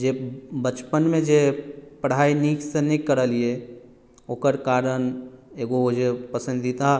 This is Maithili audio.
जे बचपनमे जे पढ़ाइ नीकसँ नहि करलियै ओकर कारण एगो ओ जे पसन्दीदा